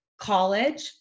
college